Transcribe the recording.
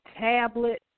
tablet